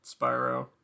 spyro